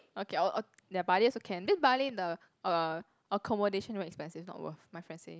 okay ya Bali also can then Bali the uh accommodation very expensive not worth my friend say